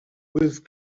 with